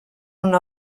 una